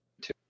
two